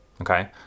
Okay